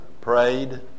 prayed